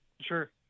sure